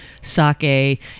sake